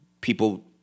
people